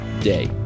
day